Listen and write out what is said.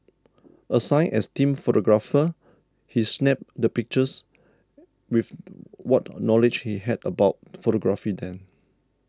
assigned as team photographer he snapped the pictures with what knowledge he had about photography then